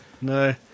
No